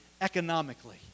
economically